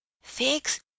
fix